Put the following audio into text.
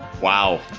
Wow